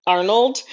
Arnold